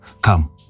Come